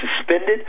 suspended